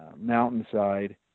mountainside